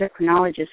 endocrinologist